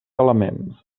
element